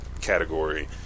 category